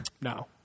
No